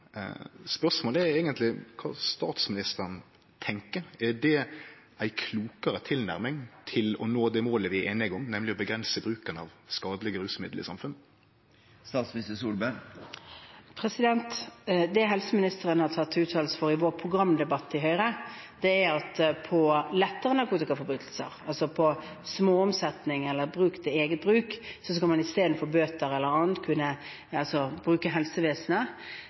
Spørsmålet er eigentleg kva statsministeren tenkjer: Er det ei klokare tilnærming til å nå det målet vi er einige om, nemleg å avgrense bruken av skadelege rusmiddel i samfunnet? Det helseministeren har tatt til orde for i vår programdebatt i Høyre, er at ved lettere narkotikaforbrytelser, altså ved småomsetning eller eget bruk, skal man istedenfor bøter eller annet kunne bruke helsevesenet